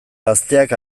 gazteak